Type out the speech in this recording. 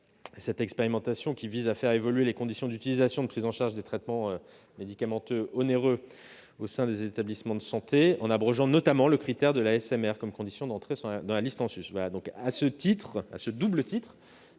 Cette expérimentation vise à faire évoluer les conditions d'utilisation et de prise en charge des traitements médicamenteux onéreux au sein des établissements de santé en abrogeant notamment le critère de l'ASMR comme condition d'entrée dans la liste en sus. Donc, à ce double titre,